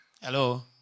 Hello